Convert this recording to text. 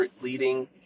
leading